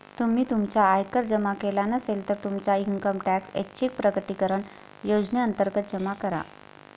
तुम्ही तुमचा आयकर जमा केला नसेल, तर तुमचा इन्कम टॅक्स ऐच्छिक प्रकटीकरण योजनेअंतर्गत जमा करा